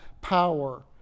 power